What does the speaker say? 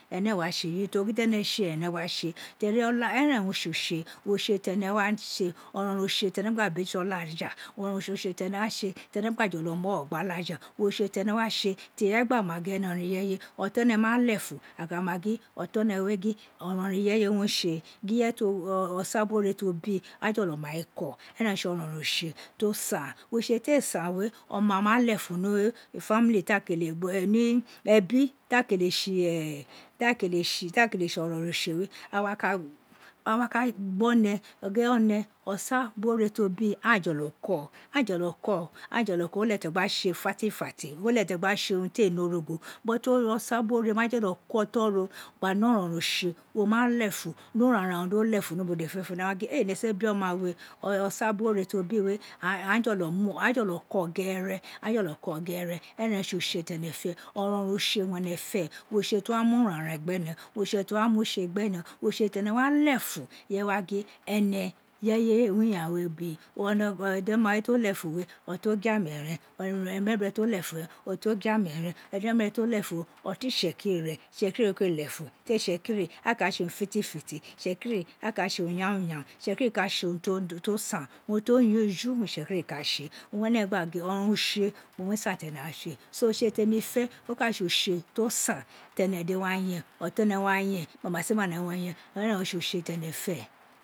Ene éè wa tse eyi, urun ti wo gin de̱ne̱ tse ren ene wa tse ten ola eren e tse utse te̱ne̱ wa tse, oronrou utse tene wa gba bejuto oluja oronron utse tene a tse tene̱ wa gba mu ogho gbe olafa utse tene wa tse ti irefe gba ma gin ene oron ro̱n ireye oton ene̱ ma lefun aka ma gin oton ene we gin o̱rọn rọn ireye wo tse, gin osa bin ore ti o bi aghan jolo mai ko, eren re tse oronrou utse ti o san, utse te san we, oma ma lefun ni famili ta kele ebi ta kele tsi oronron utse we, a wa ka gin gbe one osa bin ore ti o bi aghan ee folo ko, owun re tse ti o gba tse owun re leghe ti won gba tse urun ti ee ne origbo but osa bin ore ma folo ko oton re gba ne oronron utse wo ma lefun di wanran ro do lefun ni ubo dede ene wa gin ee nesin re bi oma we osa bin ore ti o bi we aghan jolo mu aghan jolo ko ghere, aghan jolo ko ghere, eren re tse utse tene fe, oronron utse wun ene fe, utse ti owa mu uranran gbe ne, utse ti owa mu itse gbe ne utse tene wa lefun ireye wa gin ene ireye re bi edema ti o lefun we ofon ogiama ren emebiren ti o lefun we oton ogiame ren, itsekiri o kele lefun teri itsekiri aghan ee ka tse urun itsekiri aghan ee ka tse urun itsekiri ee ka tse urun te san, urun ti o ye eju owan itsekiri ka tse, owun e leghe ne gba gin oronron utse temi fe ka tse utse ti o san te̱ne̱ dede ron yen ọtọn ẹnẹ ron fen, mamasima ẹnẹ wa yen ẹrẹn re tse utse ti e̱nẹ fẹ